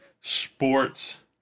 sports